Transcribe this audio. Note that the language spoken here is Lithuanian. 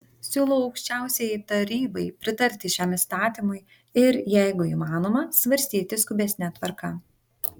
siūlau aukščiausiajai tarybai pritarti šiam įstatymui ir jeigu įmanoma svarstyti skubesne tvarka